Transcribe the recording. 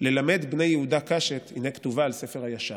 "ללמד בני יהודה קשת הנה כתובה על ספר הישר".